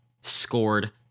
scored